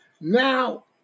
Now